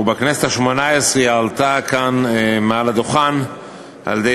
ובכנסת השמונה-עשרה היא הועלתה כאן מעל הדוכן על-ידי